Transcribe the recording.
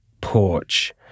porch